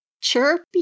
chirpy